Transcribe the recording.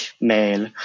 mail